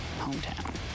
hometown